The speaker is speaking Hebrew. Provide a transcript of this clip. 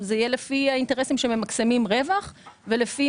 זה יהיה לפי אינטרסים שממקסמים רווח ולפי